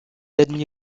admis